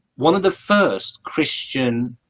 one of the first christian?